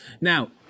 Now